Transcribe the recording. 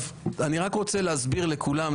אני רק רוצה להסביר לכולם,